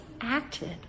acted